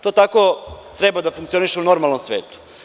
To tako treba da funkcioniše u normalnom svetu.